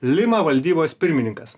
lima valdybos pirmininkas